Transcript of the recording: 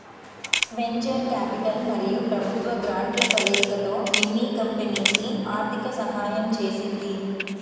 venture capital మరియు ప్రభుత్వ గ్రాంట్ల కలయికతో మిన్నీ కంపెనీకి ఆర్థిక సహాయం చేసింది